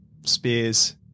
Spears